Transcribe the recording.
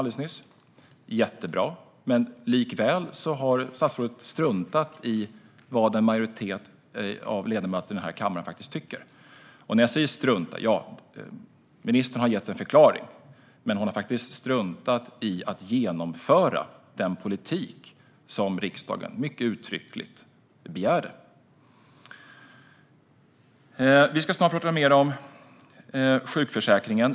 Det är jättebra, men likväl har statsrådet struntat i vad en majoritet av ledamöterna i kammaren faktiskt tycker. Ministern har gett en förklaring, men hon har faktiskt struntat i att genomföra den politik som riksdagen mycket uttryckligt begär. Vi ska snart prata mer om sjukförsäkringen.